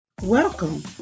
Welcome